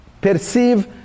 perceive